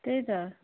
त्यही त